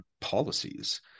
policies